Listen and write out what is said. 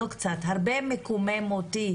מאוד מקומם אותי